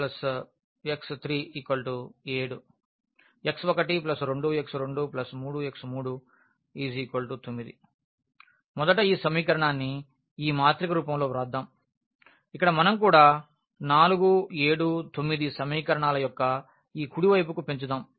x1x2x3 4 2x13x2x3 7 x12x23x3 9 మొదట ఈ సమీకరణాన్ని ఈ మాత్రిక రూపంలో వ్రాద్దాం ఇక్కడ మనం కూడా 4 7 9 సమీకరణాల యొక్క ఈ కుడి వైపుకు పెంచుదాం